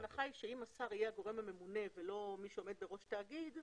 ההנחה היא שאם השר יהיה הגורם הממונה ולא מי שעומד בראש תאגיד,